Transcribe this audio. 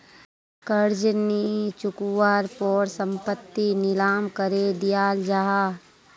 कर्ज नि चुक्वार पोर संपत्ति नीलाम करे दियाल जाहा